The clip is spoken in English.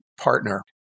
partner